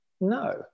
no